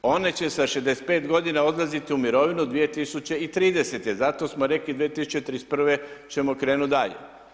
One će sa 65 odlaziti u mirovinu, 2030. zato smo rekli 2031. ćemo krenuti dalje.